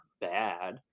bad